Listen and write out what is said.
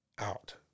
out